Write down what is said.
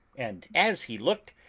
and as he looked,